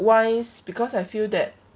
wise because I feel that